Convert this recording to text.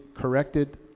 corrected